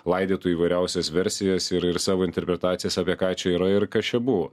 laidytų įvairiausias versijas ir ir savo interpretacijas apie ką čia yra ir kas čia buvo